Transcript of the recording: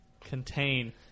contain